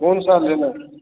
कौन सा लेना है